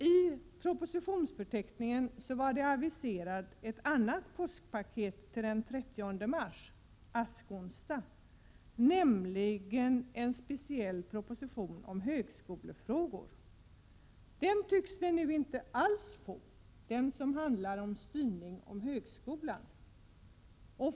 I propositionsförteckningen hade det aviserats ett annat påskpaket till den 30 mars, askonsdag, nämligen en speciell proposition om högskolefrågor. Den tycks vi nu inte alls få, dvs. den som handlar om styrning av högskolan.